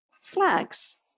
flags